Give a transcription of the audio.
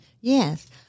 Yes